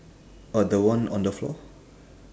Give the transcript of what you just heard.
oh the one on the floor